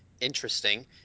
interesting